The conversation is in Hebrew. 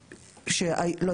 שהם יצאו את ישראל ולא הגיעו.